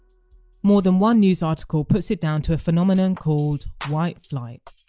more than one news article puts it down to a phenomenon called white flight.